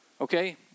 Okay